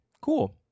cool